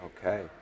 okay